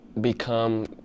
become